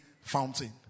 fountain